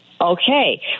okay